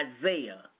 Isaiah